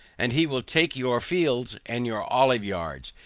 and he will take your fields and your olive yards,